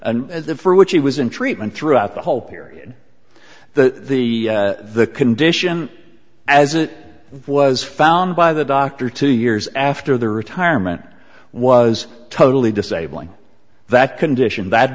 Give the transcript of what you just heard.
doctor for which he was in treatment throughout the whole period that the the condition as it was found by the doctor two years after the retirement was totally disabling that condition that